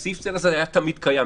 סעיף הסל הזה היה תמיד קיים.